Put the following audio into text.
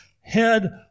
head